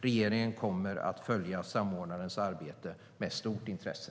Regeringen kommer att följa samordnarens arbete med stort intresse.